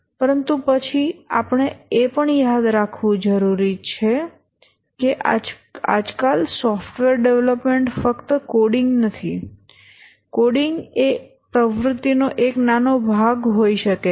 પરંતુ પછી આપણે એ પણ યાદ રાખવું જરૂરી છે કે આજકાલ સોફ્ટવેર ડેવલપમેન્ટ ફક્ત કોડિંગ નથી કોડિંગ એ એક પ્રવૃત્તિ નો નાનો ભાગ હોઈ શકે છે